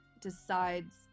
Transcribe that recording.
decides